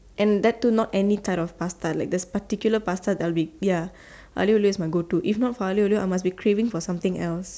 and that too not any type of pasta like there is particular pasta that I'll be ya Aglio-Olio is my go to if not for Aglio-Olio I must be craving for something else